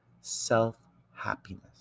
self-happiness